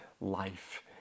life